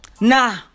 Nah